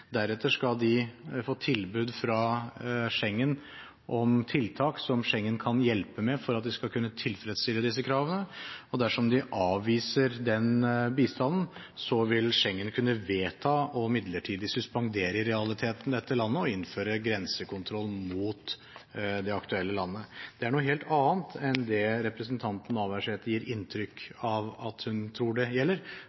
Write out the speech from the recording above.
Deretter skal de få tilbud om tiltak som Schengen-avtalen kan hjelpe dem med for at de skal kunne tilfredsstille disse kravene. Dersom de avviser den bistanden, vil en gjennom Schengen-samarbeidet i realiteten kunne vedta midlertidig å suspendere dette landet og innføre grensekontroll mot det aktuelle landet. Det er noe helt annet enn det representanten Navarsete gir inntrykk